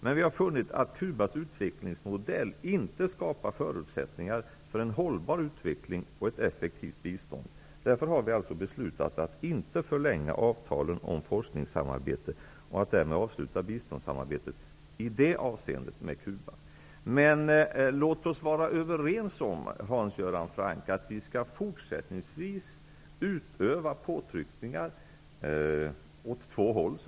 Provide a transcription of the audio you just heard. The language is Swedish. Men vi har funnit att Cubas utvecklingsmodell inte skapar förutsättningar för en hållbar utveckling och ett effektivt bistånd. Därför har vi alltså beslutat att inte förlänga avtalen om forskningssamarbete och att därmed avsluta biståndssamarbetet i det avseendet med Cuba. Men låt oss vara överens om, Hans Göran Franck, att vi fortsättningsvis skall utöva påtryckningar åt två håll.